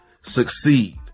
succeed